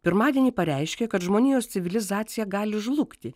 pirmadienį pareiškė kad žmonijos civilizacija gali žlugti